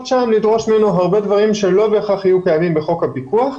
שם לדרוש ממנו הרבה דברים שלא בהכרח יהיו תואמים לחוק הפיקוח.